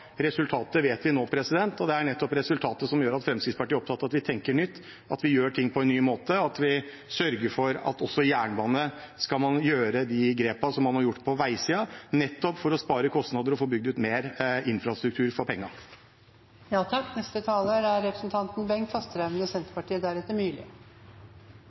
resultatet vet vi nå. Det er nettopp resultatet som gjør at Fremskrittspartiet er opptatt av at vi tenker nytt, at vi gjør ting på en ny måte og sørger for at man også innen jernbane skal ta de grepene man har tatt på veisiden – nettopp for å spare kostnader og få bygd ut mer infrastruktur for